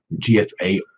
GSA